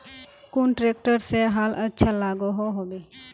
कुन ट्रैक्टर से हाल अच्छा लागोहो होबे?